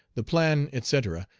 the plan, etc,